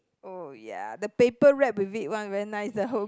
oh ya the paper wrap with it one very nice a home